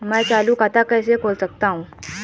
मैं चालू खाता कैसे खोल सकता हूँ?